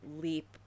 leap